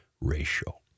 ratio